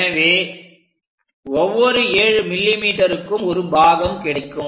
எனவே ஒவ்வொரு 7 mmக்கும் ஒரு பாகம் கிடைக்கும்